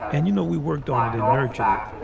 and you know, we worked on it and nurtured it.